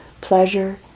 pleasure